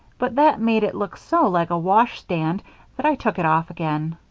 but that made it look so like a washstand that i took it off again.